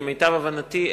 כמיטב הבנתי,